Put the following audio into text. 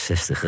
60